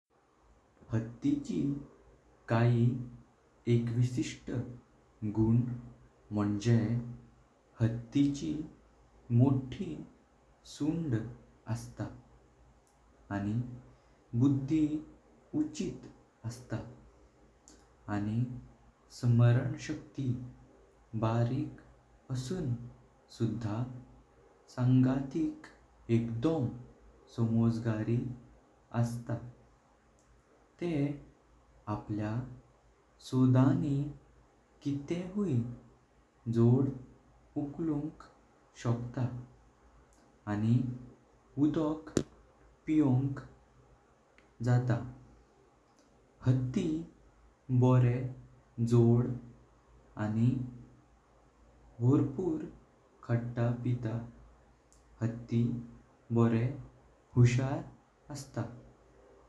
हाथीची काई एकवीसिस्ट गुण म्हणजे हाथीची मोठी सोंड असता आणि बुद्धी उचित असता आणि स्मरण शक्ति बारिक असों सुधा सांगाठिक एकदम सोंजर्गी असत। ते आपल्य सोंधणी कितें हुई जोड उकलुंक शोकता आणि उदक पिऊंक जाता हाथी बोरें जोड असता आणि भरपूर खातां पीता, हाथी बोरें हुशर असता।